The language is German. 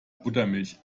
buttermilch